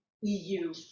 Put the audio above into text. EU